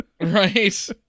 Right